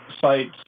sites